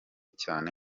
cyane